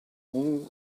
all